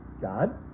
God